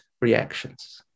reactions